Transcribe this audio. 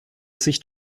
sich